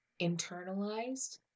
internalized